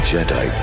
Jedi